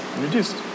Reduced